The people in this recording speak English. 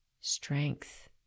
strength